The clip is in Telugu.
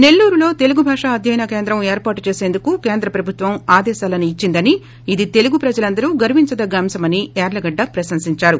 నెల్లూరులో తెలుగు భాష అధ్యయన కేంద్రం ఏర్పాటు చేసేందుకు కేంద్ర ప్రభుత్వం ఆదేశాలను ఇచ్చిందిని ఇది తెలుగు ప్రజలందరూ గర్వించదగిన అంశమని ేయార్లగాడ్ ప్రశంసించారు